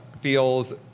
feels